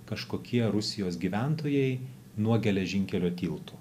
kažkokie rusijos gyventojai nuo geležinkelio tiltų